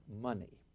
money